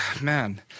Man